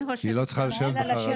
היא לא צריכה לשבת בחרדה.